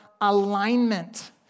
alignment